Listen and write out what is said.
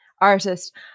artist